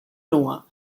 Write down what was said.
nua